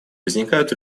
возникают